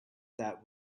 that